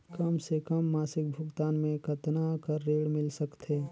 कम से कम मासिक भुगतान मे कतना कर ऋण मिल सकथे?